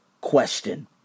question